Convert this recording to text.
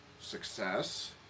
Success